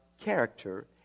character